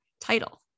title